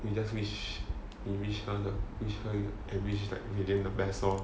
we just wish we wish 他的 her the best lor